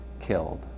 killed